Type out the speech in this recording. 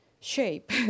shape